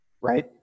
Right